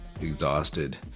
exhausted